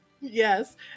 yes